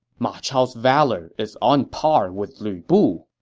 ma chao's valor is on par with lu bu's!